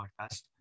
podcast